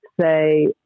say